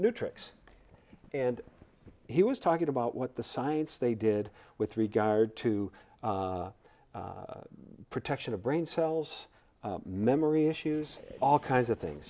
new tricks and he was talking about what the science they did with regard to protection of brain cells memory issues all kinds of things